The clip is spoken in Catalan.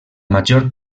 major